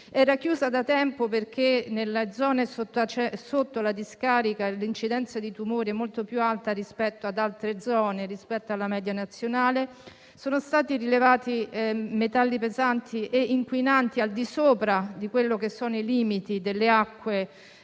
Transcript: Era chiusa da tempo perché nella zona sotto la discarica l'incidenza di tumori è molto più alta rispetto ad altre zone e rispetto alla media nazionale, sono stati rilevati metalli pesanti e inquinanti al di sopra dei limiti delle acque